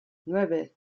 nueve